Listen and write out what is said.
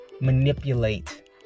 manipulate